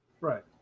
Right